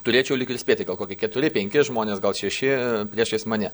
turėčiau lyg ir spėti gal kokie keturi penki žmonės gal šeši priešais mane